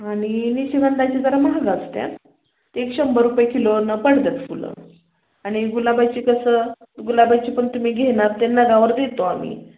आणि निशिगंधाची जरा महाग असतात ती एक शंभर रुपये किलोनं पडतात फुलं आणि गुलाबाची कसं गुलाबाची पण तुम्ही घेणार ते नगावर देतो आम्ही